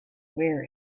wear